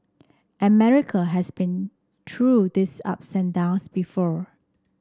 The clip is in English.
America has been through these ups and downs before